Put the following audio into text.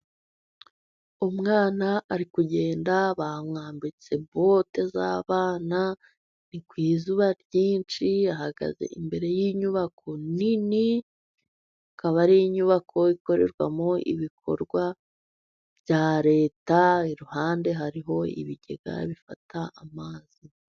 Umwana ari kugenda, bamwambitse bote z’abana. Ni ku izuba ryinshi, ahagaze imbere y’inyubako nini, ikaba ari inyubako ikorerwamo ibikorwa bya Leta. Iruhande hariho ibigega bifata amazi.